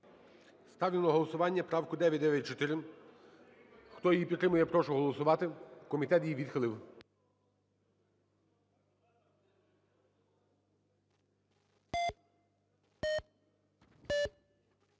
Ставлю на голосування правку 994. Хто її підтримує, прошу голосувати. Комітет її відхилив.